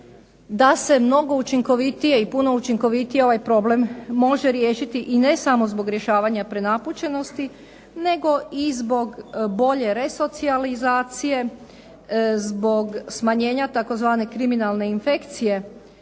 da se mnogo učinkovitije i puno učinkovitije ovaj problem može riješiti i ne samo zbog rješavanja prenapučenosti, nego i zbog bolje resocijalizacije, zbog smanjenja tzv. kriminalne infekcije